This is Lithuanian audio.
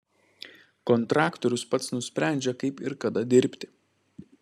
kontraktorius pats nusprendžia kaip ir kada dirbti